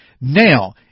Now